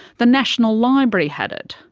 the national library had it,